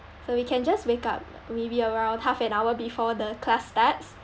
so we can just wake up maybe around half an hour before the class starts